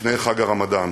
לפני חג הרמדאן: